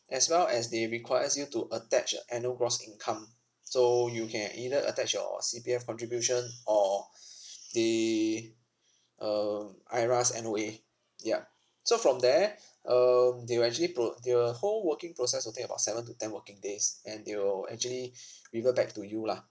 as well as they requires you to attach your annual gross income so you can either attach your C_P_F contribution or the um IRAS N_O_A yup so from there um they will actually pro~ the whole working process will take about seven to ten working days and they will actually revert back to you lah